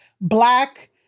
Black